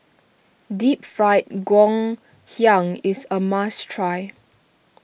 Deep Fried Ngoh Hiang is a must try